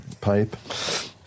pipe